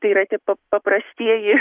tai yra tie pa paprastieji